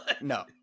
No